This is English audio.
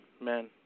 man